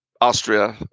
Austria